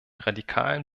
radikalen